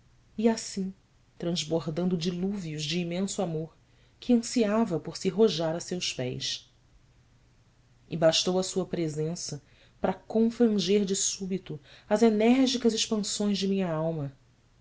ia assim transbordando dilúvios de imenso amor que ansiava por se rojar a seus pés e bastou a sua presença para confranger de súbito as enérgicas expansões de minha alma